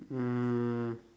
um